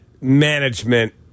management